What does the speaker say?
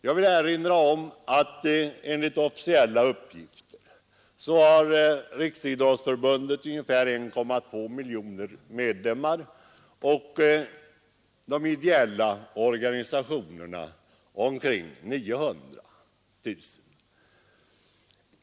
Jag vill erinra om att enligt officiella uppgifter har Riksidrottsförbundet ungefär 1,2 miljoner medlemmar och de ideella organisationerna omkring 900 000.